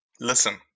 listen